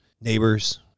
neighbors